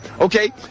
Okay